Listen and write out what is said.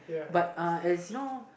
but uh as you know